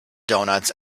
donuts